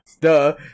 Duh